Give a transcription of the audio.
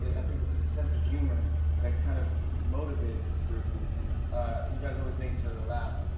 i think it's his sense of humor that kind of motivated this group. and and you guys always make each other laugh.